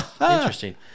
Interesting